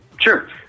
Sure